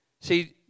See